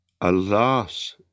Alas